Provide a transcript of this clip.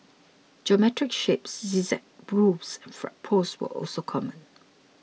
geometric shapes zigzag roofs and flagpoles were also common